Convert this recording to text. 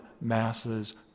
masses